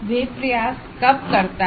वह प्रयास कब करता है